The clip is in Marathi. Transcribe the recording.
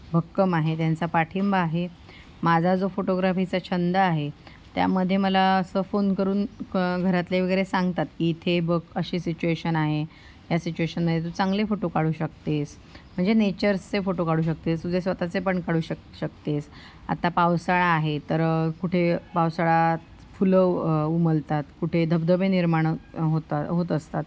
भक्कम आहे त्यांचा पाठिंबा आहे माझा जो फोटोग्राफीचा छंद आहे त्यामध्ये मला असं फोन करून घरातले वगैरे सांगतात की इथे बघ अशी सिच्युवेशन आहे या सिच्युवेशनमध्ये तू चांगले फोटो काढू शकतेस म्हणजे नेचर्सचे फोटो काढू शकतेस तुझे स्वतःचे पण काढू शक शकतेस आता पावसाळा आहे तर कुठे पावसाळा फुलं उमलतात कुठे धबधबे निर्माण होतात होत असतात